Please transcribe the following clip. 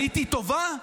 הייתי טובה?